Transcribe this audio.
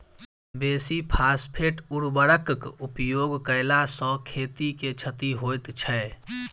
बेसी फास्फेट उर्वरकक उपयोग कयला सॅ खेत के क्षति होइत छै